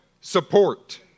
support